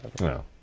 No